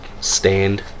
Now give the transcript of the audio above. stand